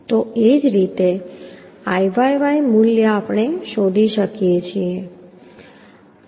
તો એ જ રીતે Iyy મૂલ્ય આપણે શોધી શકીએ છીએ